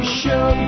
show